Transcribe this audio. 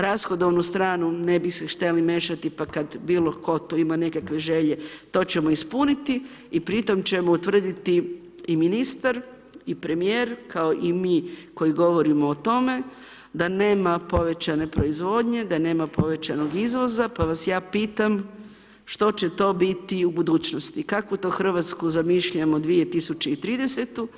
Rashodovnu stranu, ne bi se htjeli miješati, pa kada bilo tko tu ima nekakve želje to ćemo ispuniti i pritom ćemo utvrditi i ministar i premjer, kao i mi koji govorimo o tome, da nema povećane proizvodnje, da nema povećanog izvoza, pa vas ja pitam što će to biti u budućnosti, kakvu to Hrvatsku zamišljamo 2030.